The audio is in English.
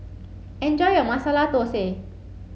enjoy your Masala Thosai